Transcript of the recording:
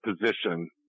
position